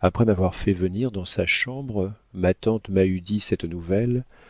après m'avoir fait venir dans sa chambre ma tante m'a eu dit cette nouvelle